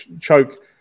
choke